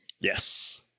Yes